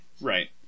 Right